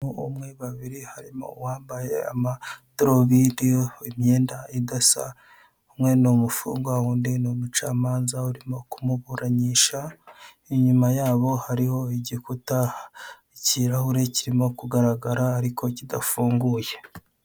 Umuntu umwe babiri harimo uwambaye amadarubindi imyenda idasa umwe ni umufungwa uw'undi ni umucamanza urimo kumuburanisha, inyuma yabo hariho igikuta, ikirahure kirimo kugaragara ariko kidafunguye.